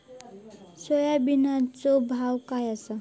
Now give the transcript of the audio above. सोयाबीनचो भाव काय आसा?